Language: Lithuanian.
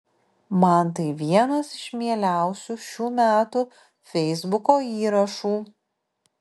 man tai vienas iš mieliausių šių metų feisbuko įrašų